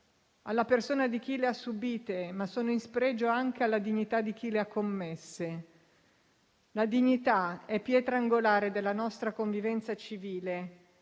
alla persona di chi le ha subite, ma sono in spregio anche alla dignità di chi le ha commesse. La dignità è pietra angolare della nostra convivenza civile,